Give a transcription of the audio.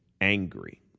angry